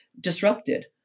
disrupted